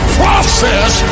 process